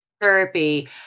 therapy